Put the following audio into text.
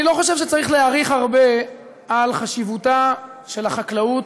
אני לא חושב שצריך להאריך הרבה על חשיבותה של החקלאות,